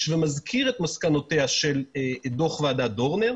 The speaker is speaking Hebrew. ומזכיר את מסקנותיו של דוח ועדת דורנר,